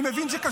אני מבין שקשה.